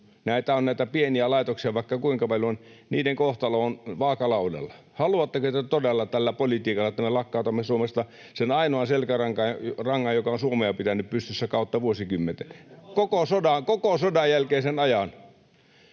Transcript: näitä on näitä pieniä laitoksia vaikka kuinka paljon, joiden kohtalo on vaakalaudalla — niin haluatteko te todella tällä politiikalla, että me lakkautamme Suomesta sen ainoan selkärangan, joka on Suomea pitänyt pystyssä kautta vuosikymmenten, koko sodanjälkeisen ajan?